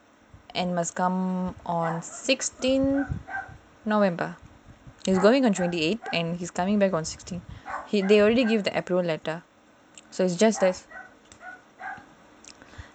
and must come on sixteen november he is going on twenty eight and he's coming back on sixteen he they already give the approval letter so it's just as